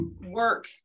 work